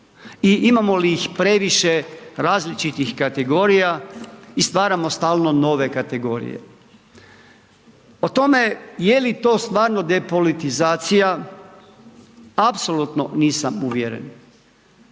I imamo li ih previše različitih kategorija i stvarnom stalno nove kategorije? O tome je li to stvarno depolitizacija apsolutno nisam uvjeren.